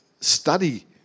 study